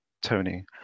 Tony